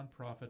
nonprofit